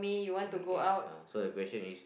okay uh so the question is